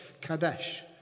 Kadesh